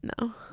no